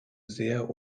sehr